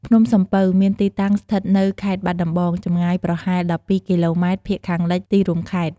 ភ្នំសំពៅ មានទីតាំង ស្ថិតនៅខេត្តបាត់ដំបង ចម្ងាយប្រហែល ១២ គីឡូម៉ែត្រភាគខាងលិចទីរួមខេត្ត។